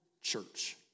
Church